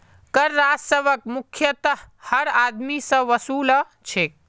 कर राजस्वक मुख्यतयः हर आदमी स वसू ल छेक